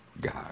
God